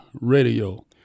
radio